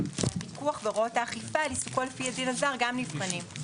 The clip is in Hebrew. ש-"הפיקוח והוראות האכיפה על עיסוקו לפי הדין הזר" גם נבחנים,